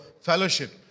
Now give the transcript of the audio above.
fellowship